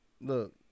look